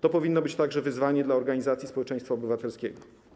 To powinno być także wyzwanie dla organizacji społeczeństwa obywatelskiego.